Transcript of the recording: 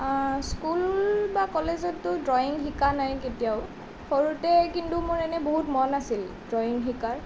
school বা কলেজততো drawing শিকা নাই কেতিয়াও সৰুতে কিন্তু মোৰ এনেই বহুত মন আছিল ড্ৰয়িং শিকাৰ